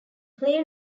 play